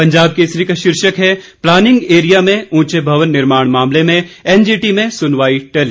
पंजाब केसरी का शीर्षक है प्लानिंग एरिया में ऊंचे भवन निर्माण मामले में एनजीटी में सुनवाई टली